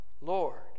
Lord